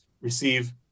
receive